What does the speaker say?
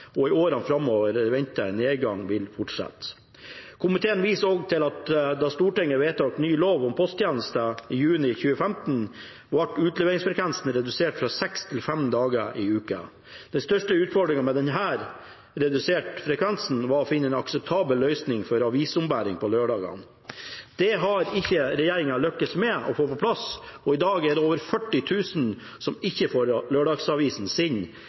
og i årene framover er det ventet at nedgangen vil fortsette. Komiteen viser også til at da Stortinget vedtok ny lov om posttjenester i juni 2015, ble utleveringsfrekvensen redusert fra seks til fem dager i uken. Den største utfordringen med denne reduserte frekvensen var å finne en akseptabel løsning for avisombæring på lørdagene. Det har ikke regjeringen lyktes med å få på plass, og etter denne endringen er det i dag over 40 000 som ikke får lørdagsavisen